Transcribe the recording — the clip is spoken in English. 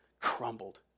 crumbled